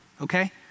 okay